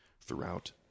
throughout